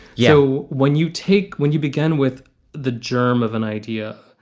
you know, when you take when you begin with the germ of an idea.